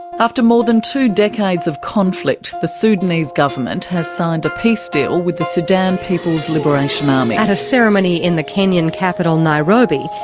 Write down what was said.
after more than two decades of conflict, the sudanese government has signed a peace deal with the sudan people's liberation army. um at a ceremony in the kenyan capital nairobi,